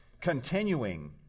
continuing